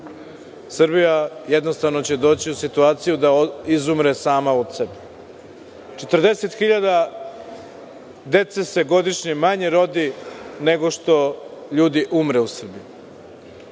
Srbija jednostavno će doći u situaciju da izumre sama od sebe. Četrdeset hiljada dece se godišnje manje rodi nego što ljudi umre u Srbiji.